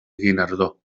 guinardó